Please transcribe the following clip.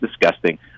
disgusting